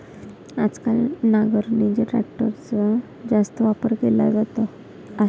आजकाल नांगरणीसाठी ट्रॅक्टरचा जास्त वापर केला जात आहे